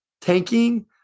tanking